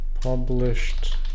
published